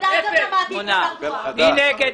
מי נגד?